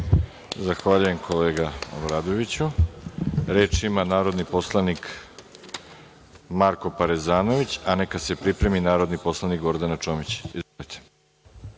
Zahvaljujem, kolega Obradoviću. Reč ima narodni poslanik Marko Parezanović, a neka se pripremi narodni poslanik Gordana Čomić. Izvolite.